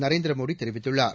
நரேந்திர மோடி தெரிவித்துள்ளார்